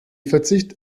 verzicht